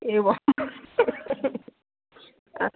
एवं अस्